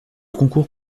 concours